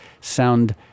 sound